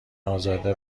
ازاده